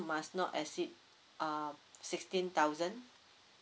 must not exceed uh sixteen thousand